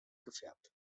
gefärbt